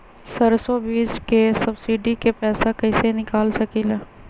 सरसों बीज के सब्सिडी के पैसा कईसे निकाल सकीले?